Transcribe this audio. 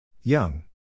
Young